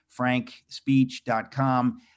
frankspeech.com